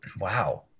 Wow